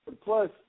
Plus